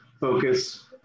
focus